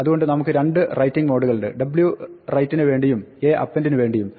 അതുകൊണ്ട് നമുക്ക് രണ്ട് റൈറ്റിംഗ് മോഡുകളുണ്ട് 'w' റൈറ്റിന് വേണ്ടിയും 'a' അപ്പെൻഡിന് വേണ്ടിയും